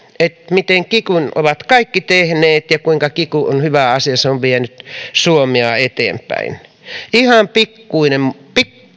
miten kikyn ovat kaikki tehneet ja kuinka kiky on hyvä asia ja se on vienyt suomea eteenpäin ihan pikkuinen